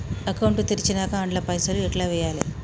Account తెరిచినాక అండ్ల పైసల్ ఎట్ల వేయాలే?